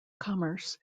commerce